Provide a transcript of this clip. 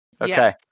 Okay